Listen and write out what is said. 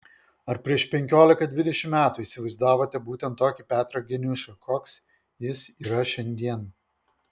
ar prieš penkiolika dvidešimt metų įsivaizdavote būtent tokį petrą geniušą koks jis yra šiandien